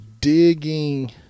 digging